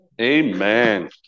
Amen